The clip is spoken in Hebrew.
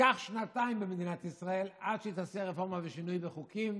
ייקח שנתיים במדינת ישראל עד שהיא תעשה רפורמה ושינוי בחוקים